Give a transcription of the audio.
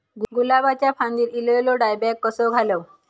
गुलाबाच्या फांदिर एलेलो डायबॅक कसो घालवं?